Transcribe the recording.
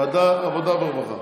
ועדת העבודה והרווחה.